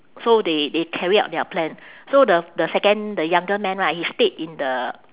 so they they carry out their plan so the the second the younger man right he stayed in the